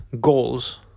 goals